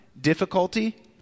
difficulty